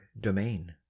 domain